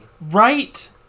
Right